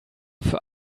für